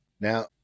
Now